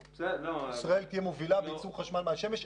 ישראל תהיה מובילה בייצור חשמל מהשמש.